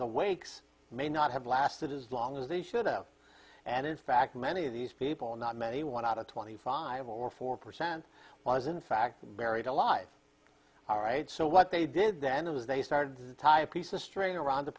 the wakes may not have lasted as long as they should have and in fact many of these people not many one out of twenty five or four percent was in fact buried alive all right so what they did then of that they started to tie piece of string around the